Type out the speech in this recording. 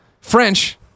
French